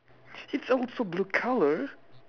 it's also blue colour